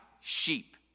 sheep